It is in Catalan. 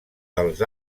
dels